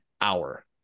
hour